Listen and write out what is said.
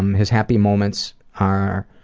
um his happy moments are,